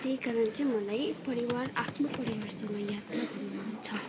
त्यही कारण चाहिँ मलाई परिवार आफ्नो परिवारसँग यात्रा गर्नु मन छ